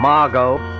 Margot